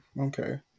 okay